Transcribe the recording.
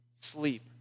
sleep